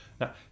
Now